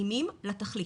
מתאימים לתכלית.